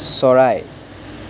চৰাই